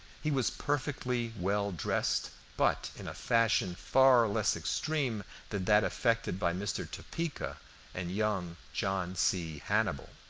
he was perfectly well dressed, but in a fashion far less extreme than that affected by mr. topeka and young john c. hannibal.